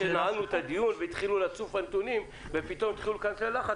כשניהלנו את הדיון והתחילו לצוף הנתונים ופתאום התחילו להיכנס ללחץ,